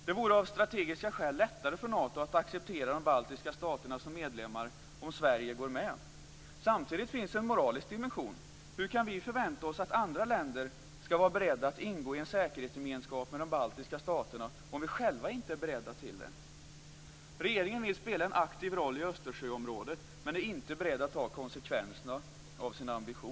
Det vore av strategiska skäl lättare för Nato att acceptera de baltiska staterna som medlemmar om Sverige går med. Samtidigt finns en moralisk dimension. Hur kan vi förvänta oss att andra länder skall vara beredda att ingå i en säkerhetsgemenskap med de baltiska staterna om vi själva inte är beredda till det. Regeringen vill spela en aktiv roll i Östersjöområdet men är inte beredd att ta konsekvenserna av sin ambition.